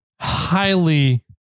highly